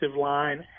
line